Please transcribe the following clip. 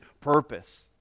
purpose